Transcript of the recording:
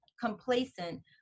complacent